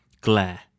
Glare